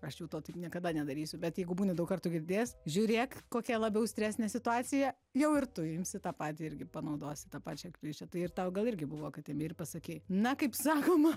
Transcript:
aš jau to taip niekada nedarysiu bet jeigu būni daug kartų girdėjęs žiūrėk kokia labiau stresinė situacija jau ir tu imsi tą patį irgi panaudosi tą pačią klišę tai ir tau gal irgi buvo kad imi ir pasakei na kaip sakoma